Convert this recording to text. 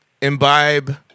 imbibe